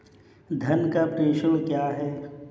धन का प्रेषण क्या है?